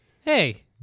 hey